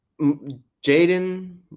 Jaden